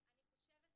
אני חושבת,